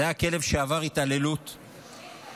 זה היה כלב שעבר התעללות ומכות,